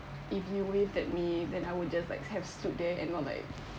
if you waved at me then I would just like have stood there and not like